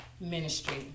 ministry